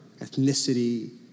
ethnicity